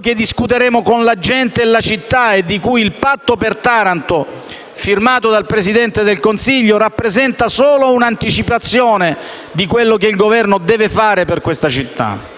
che discuteremo con la gente e la città, e di cui il patto per Taranto, firmato dal Presidente del Consiglio, rappresenta solo un'anticipazione di ciò che il Governo deve fare per essa.